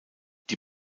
die